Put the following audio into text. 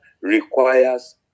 requires